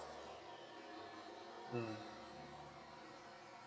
mm